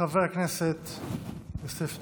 חבר הכנסת יוסף ג'בארין,